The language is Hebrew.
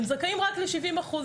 הם זכאים רק ל-70% סייעת.